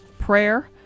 prayer